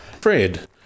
Fred